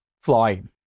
flying